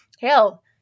Hell